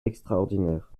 extraordinaire